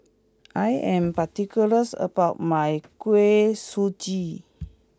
I am particulars about my Kuih Suji